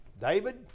David